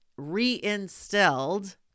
reinstilled